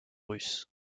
russe